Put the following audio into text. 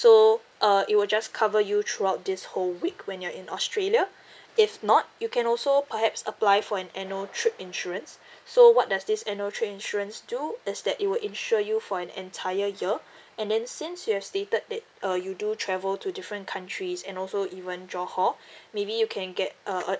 so uh it will just cover you throughout this whole week when you're in australia if not you can also perhaps apply for an annual trip insurance so what does this annual trip insurance do is that it will insure you for an entire year and then since you have stated that uh you do travel to different countries and also even johor maybe you can get a uh